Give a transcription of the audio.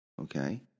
Okay